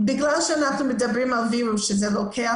בגלל שאנחנו מדברים על וירוס שזה לוקח